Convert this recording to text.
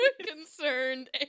concerned